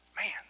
man